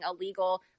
illegal